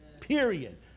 period